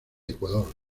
ecuador